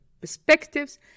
perspectives